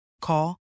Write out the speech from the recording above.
Call